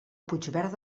puigverd